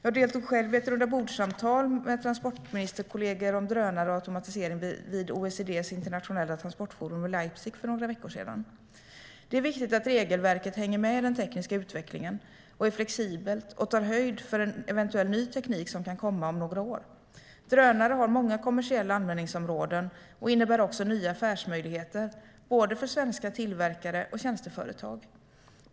Jag deltog själv i ett rundabordssamtal med transportministerkollegor om drönare och automatisering vid OECD:s internationella transportforum i Leipzig för några veckor sedan. Det är viktigt att regelverket hänger med i den tekniska utvecklingen, är flexibelt och tar höjd för eventuell ny teknik som kan komma om några år. Drönare har många kommersiella användningsområden och innebär också nya affärsmöjligheter för svenska tillverkare och tjänsteföretag.